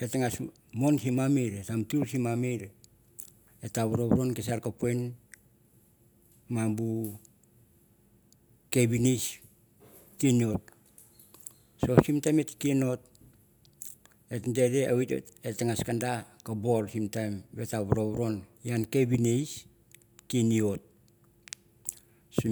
Et ngas mon simi amru et vatur sim amur et ta uado ke sar kupiman ma bu. ke venis ken i ot so mi taim et ta kin i ot et dere a wit et ta ngas kamba ka bur sim time et waronaro ngen ke venis i ot et